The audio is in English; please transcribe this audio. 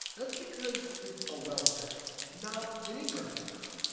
that's because it's a wealth tax not an income tax.